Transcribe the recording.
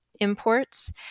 imports